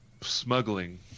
smuggling